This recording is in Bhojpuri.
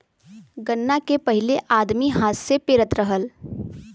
गन्ना के पहिले आदमी हाथ से पेरत रहल